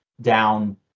down